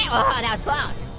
yeah oh that was close.